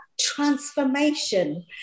transformation